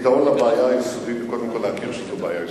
הפתרון לבעיה היסודית הוא קודם כול להכיר שזו בעיה יסודית.